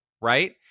right